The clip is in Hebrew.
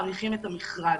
מאריכים את המכרז.